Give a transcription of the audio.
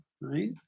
Right